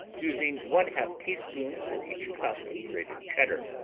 using one-half teaspoon for each cup of grated cheddar.